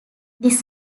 this